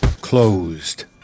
Closed